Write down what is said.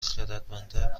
خردمندتر